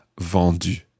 vendu